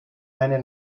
eine